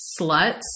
sluts